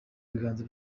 biganza